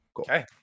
Okay